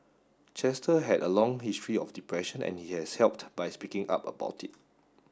Chester had a long history of depression and he has helped by speaking up about it